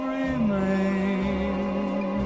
remain